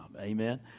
amen